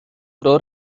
pro